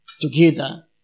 together